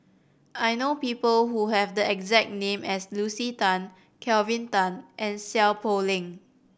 I know people who have the exact name as Lucy Tan Kelvin Tan and Seow Poh Leng